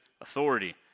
authority